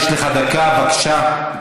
יש לך דקה, בבקשה.